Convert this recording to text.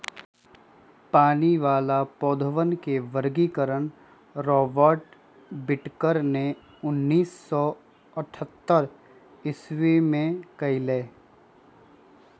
पानी वाला पौधवन के वर्गीकरण रॉबर्ट विटकर ने उन्नीस सौ अथतर ईसवी में कइलय